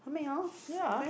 ya